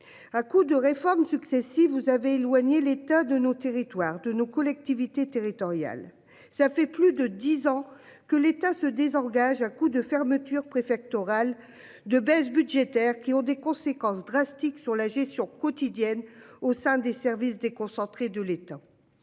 À coups de réformes successives. Vous avez éloigner l'état de nos territoires de nos collectivités territoriales, ça fait plus de 10 ans que l'État se désengage à coups de fermeture préfectorale. De baisses budgétaires qui ont des conséquences drastiques sur la gestion quotidienne au sein des services déconcentrés de l'État.